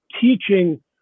teaching